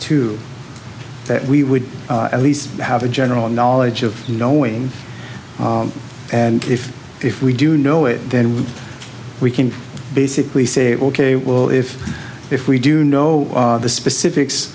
to that we would at least have a general knowledge of knowing and if if we do know it then we can basically say ok we'll if if we do know the specifics